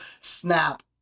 snap